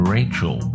Rachel